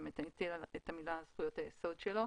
הציעה את המילה זכויות היסוד שלו.